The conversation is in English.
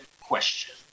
question